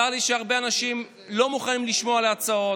צר לי שהרבה אנשים לא מוכנים לשמוע על ההצעות.